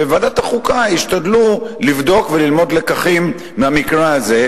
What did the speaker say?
ובוועדת החוקה ישתדלו לבדוק וללמוד לקחים מהמקרה הזה,